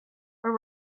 were